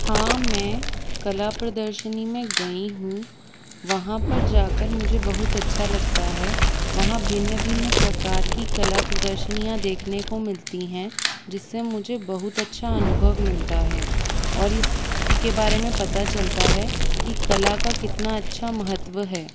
हाँ मैं कला प्रदर्शनी में गई हूँ वहाँ पर जाकर मुझे बहुत अच्छा लगता है वहाँ भिन्न भिन्न प्रकार की कला प्रदर्शनियाँ देखने को मिलती हैं जिससे मुझे बहुत अच्छा अनुभव मिलता है और इसके बारे में पता चलता है कि कला का कितना अच्छा महत्व है